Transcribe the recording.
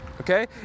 Okay